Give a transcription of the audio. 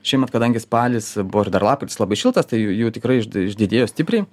šiemet kadangi spalis buvo ir dar lapkritis labai šiltas tai jų tikrai išd išdidėjo stipriai